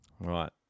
Right